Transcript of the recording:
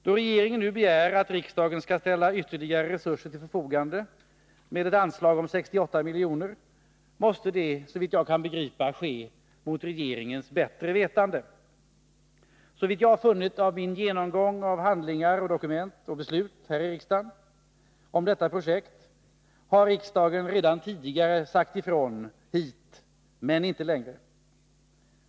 Då regeringen nu begär att riksdagen skall ställa ytterligare resurser till förfogande med anslag om 68 milj.kr., måste det, såvitt jag kan begripa, ske mot regeringens bättre vetande. Såvitt jag har funnit vid min genomgång av handlingar, dokument och beslut i riksdagen rörande detta projekt har riksdagen redan tidigare sagt ifrån ”hit men inte längre”.